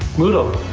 moodle,